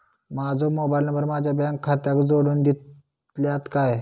माजो mobile number माझ्या bank खात्याक जोडून दितल्यात काय?